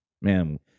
Man